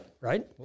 right